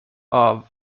are